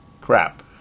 crap